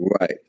right